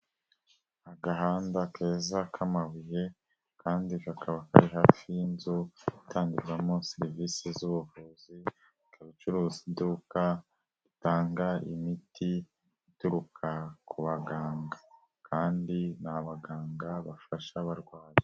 Agahanda keza k'amabuye kandi kakaba kari hafi y'inzu itangirwamo serivisi z'ubuvuzi, ikaba icuruza iduka ritanga imiti ituruka ku baganga kandi ni abaganga bafasha abarwayi.